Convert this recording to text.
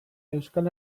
euskal